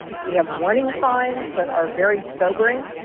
we have warning signs that are very sobering.